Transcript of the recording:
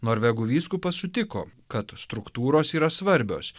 norvegų vyskupas sutiko kad struktūros yra svarbios